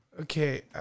Okay